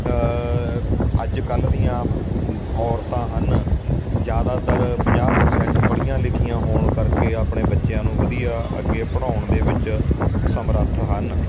ਅੱਜ ਕੱਲ੍ਹ ਦੀਆਂ ਔਰਤਾਂ ਹਨ ਜ਼ਿਆਦਾਤਰ ਪੰਜਾਹ ਪ੍ਰਸੈਂਟ ਪੜ੍ਹੀਆਂ ਲਿਖੀਆਂ ਹੋਣ ਕਰਕੇ ਆਪਣੇ ਬੱਚਿਆਂ ਨੂੰ ਵਧੀਆ ਅੱਗੇ ਪੜ੍ਹਾਉਣ ਦੇ ਵਿੱਚ ਸਮਰੱਥ ਹਨ